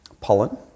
pollen